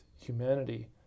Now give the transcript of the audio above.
humanity